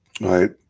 right